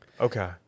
Okay